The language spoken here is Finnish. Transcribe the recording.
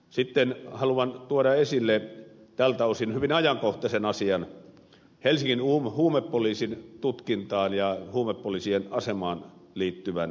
sitten haluan tuoda esille tältä osin hyvin ajankohtaisen asian helsingin huumepoliisin tutkintaan ja huumepoliisien asemaan liittyvän kysymyksen